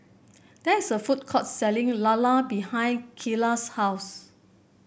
there is a food court selling lala behind Kyler's house